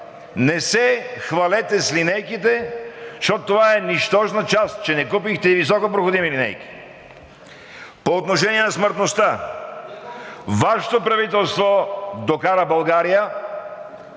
Не се хвалете с линейките, защото това е нищожна част, че не купихте високопроходими линейки. По отношение на смъртността. Вашето правителство докара България